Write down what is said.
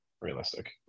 realistic